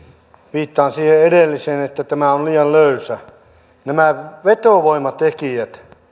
viittaan siihen edelliseen että tämä on liian löysä nämä vetovoimatekijät